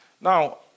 Now